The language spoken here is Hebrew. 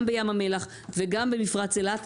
גם בים המלח וגם במפרץ אילת.